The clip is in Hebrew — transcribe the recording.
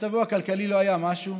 מצבו הכלכלי לא היה משהו.